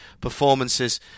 performances